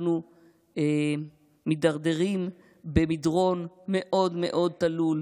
אנחנו מידרדרים במדרון מאוד מאוד תלול,